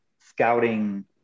scouting